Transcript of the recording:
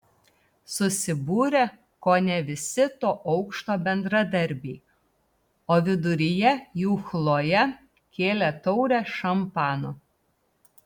susibūrė kone visi to aukšto bendradarbiai o viduryje jų chlojė kėlė taurę šampano